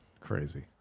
crazy